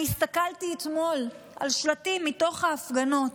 אני הסתכלתי אתמול על שלטים מתוך ההפגנות